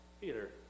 Peter